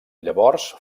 llavors